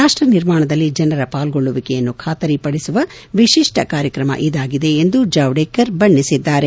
ರಾಷ್ಟ ನಿರ್ಮಾಣದಲ್ಲಿ ಜನರ ಪಾಲ್ಗೊಳ್ಳುವಿಕೆಯನ್ನು ಖಾತರಿಪಡಿಸುವ ವಿಶಿಷ್ಠ ಕಾರ್ಯಕ್ರಮ ಇದಾಗಿದೆ ಎಂದು ಜಾವಡೇಕರ್ ಬಣ್ಣಿಸಿದ್ದಾರೆ